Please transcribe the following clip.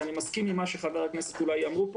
ואני מסכים עם מה שחברי הכנסת אמרו פה